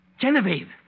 Genevieve